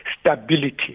Stability